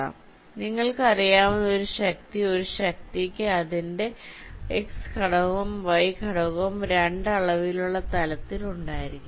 അതിനാൽ നിങ്ങൾക്ക് അറിയാവുന്ന ഒരു ശക്തി ഒരു ശക്തിക്ക് അതിന്റെ x ഘടകവും y ഘടകവും രണ്ട് അളവിലുള്ള തലത്തിൽ ഉണ്ടായിരിക്കും